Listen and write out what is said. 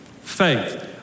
Faith